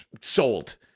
Sold